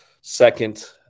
second